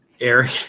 Eric